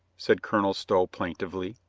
said colonel stow plaintively,